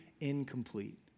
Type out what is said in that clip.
incomplete